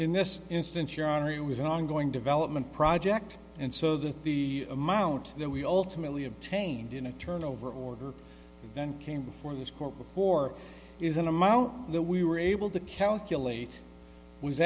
in this instance your honor was an ongoing development project and so that the amount that we ultimately obtained in a turnover order then came before this court before is an amount that we were able to calculate was